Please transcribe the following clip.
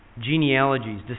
genealogies